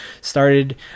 started